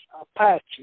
Apache